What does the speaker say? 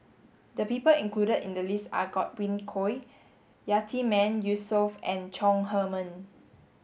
the people included in the list are Godwin Koay Yatiman Yusof and Chong Heman